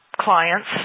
clients